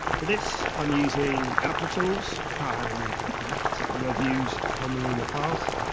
for this, i'm using applitools ah um because it's something i've used commonly in the past.